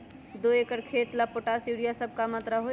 दो एकर खेत के ला पोटाश, यूरिया ये सब का मात्रा होई?